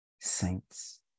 saints